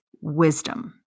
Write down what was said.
wisdom